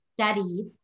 studied